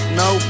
no